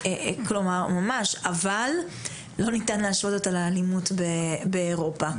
אבל לא ניתן להשוות אותה לאלימות באירופה.